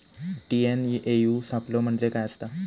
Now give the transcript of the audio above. TNAU सापलो म्हणजे काय असतां?